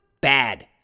Bad